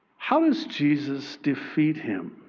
how does jesus defeat him,